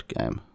Game